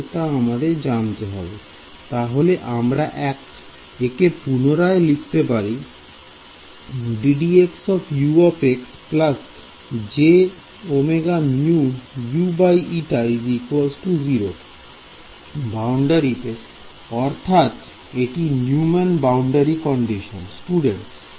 তাহলে আমরা একে পুনরায় লিখতে পারি dUdx jωμUη 0 বাউন্ডারিতে অর্থাৎ এটি Neumann boundary condition Newmann's boundary condition